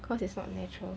cause it's not natural